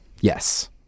yes